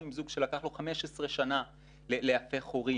עם זוג שלקח לו 15 שנה להפוך להורים.